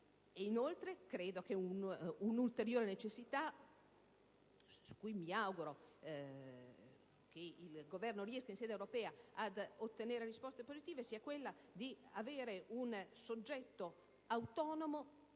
generali. Credo che un'ulteriore necessità, su cui mi auguro che il Governo riesca in sede europea ad ottenere risposte positive, sia quella di creare un soggetto autonomo